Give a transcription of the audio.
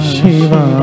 Shiva